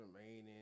remaining